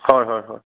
হয় হয় হয়